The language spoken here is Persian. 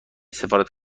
سفارت